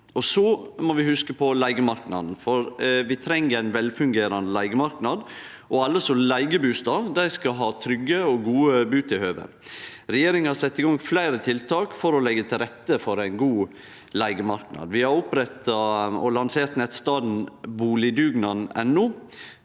Vi må også hugse på leigemarknaden. Vi treng ein velfungerande leigemarknad. Alle som leiger bustad, skal ha trygge og gode butilhøve. Regjeringa har sett i gong fleire tiltak for å leggje til rette for ein god leigemarknad. Vi har lansert nettstaden boligdugnaden.no